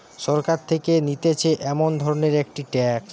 সরকার থেকে নিতেছে এমন ধরণের একটি ট্যাক্স